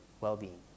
well-being